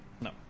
No